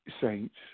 saints